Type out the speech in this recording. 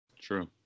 true